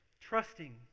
Trusting